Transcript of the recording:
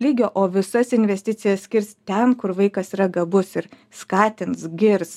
lygio o visas investicijas skirs ten kur vaikas yra gabus ir skatins girs